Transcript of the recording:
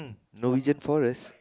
no region forest